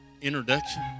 introduction